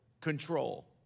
control